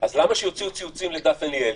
אז למה שיוציאו ציוצים לדפנה ליאל?